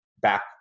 back